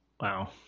Wow